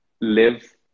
live